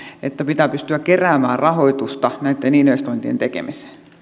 että pitää pystyä keräämään rahoitusta näitten investointien tekemiseen